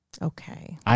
Okay